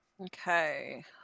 Okay